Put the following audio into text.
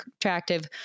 attractive